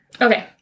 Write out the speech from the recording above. okay